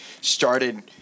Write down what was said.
started